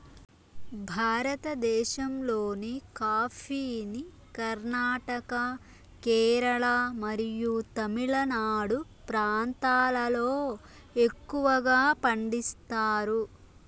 భారతదేశంలోని కాఫీని కర్ణాటక, కేరళ మరియు తమిళనాడు ప్రాంతాలలో ఎక్కువగా పండిస్తారు